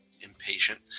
impatient